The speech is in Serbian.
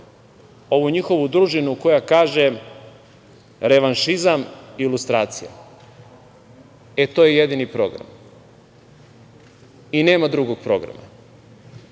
ovu njihovu družinu koja kaže – revanšizam i lustracija. E, to je jedini program. I nema drugog programa. Dakle,